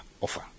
offer